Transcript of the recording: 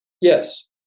Yes